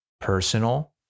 personal